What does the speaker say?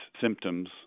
symptoms